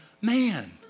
man